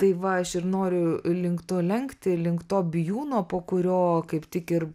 tai va aš ir noriu link to lenkti link to bijūno po kurio kaip tik ir